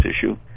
issue